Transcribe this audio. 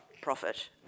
profit